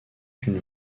une